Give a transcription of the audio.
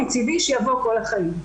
מצדי שיבוא כל החיים.